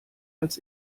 als